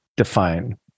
Define